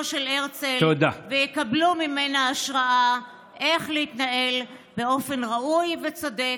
של הרצל ויקבלו ממנה השראה איך להתנהל באופן ראוי וצודק,